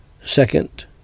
Second